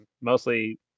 mostly